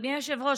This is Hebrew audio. אדוני היושב-ראש,